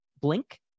blink